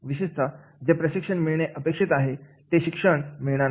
विशेषतः जे शिक्षण मिळणे अपेक्षित आहे ते शिक्षण मिळणार नाही